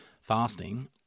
fasting